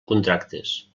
contractes